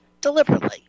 deliberately